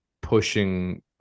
pushing